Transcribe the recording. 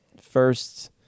first